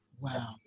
Wow